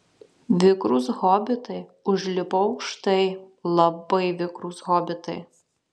vikrūs hobitai užlipo aukštai labai vikrūs hobitai